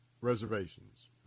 reservations